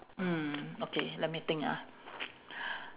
mm okay let me think ah